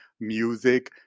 music